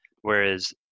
Whereas